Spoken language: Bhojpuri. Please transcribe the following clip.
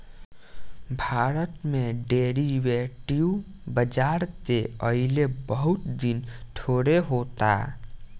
भारत में डेरीवेटिव बाजार के अइले बहुत दिन थोड़े होता